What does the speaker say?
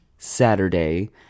Saturday